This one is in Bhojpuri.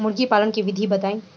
मुर्गी पालन के विधि बताई?